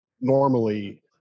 normally